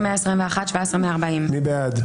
16,801 עד 16,820. מי בעד?